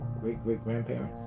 great-great-grandparents